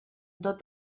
tot